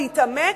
להתעמק